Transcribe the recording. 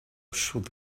should